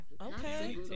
Okay